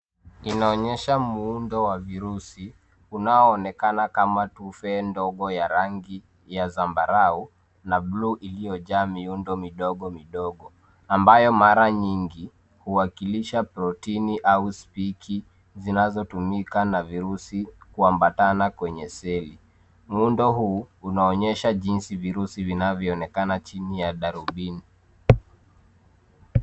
Inaonyesha muundo wa virusi, unaoonekana kama tufe ndogo ya rangi ya zambarau na bluu iliyojaa miundo midogo midogo, ambayo mara nyingi, huwakilisha protini au spiki zinazotumika na virusi kuambatana kwenye seli. Muundo huu, unaonyesha jinsi virusi vinavyoonekana chini ya darubini.